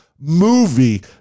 movie